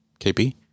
KP